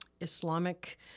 Islamic